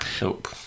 Nope